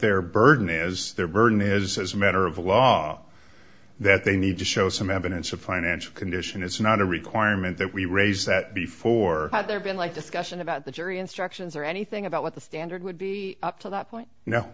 their burden is their burden is as a matter of luck that they need to show some evidence of financial condition it's not a requirement that we raise that before had there been like discussion about the jury instructions or anything about what the standard would be up to that